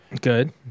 Good